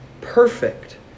perfect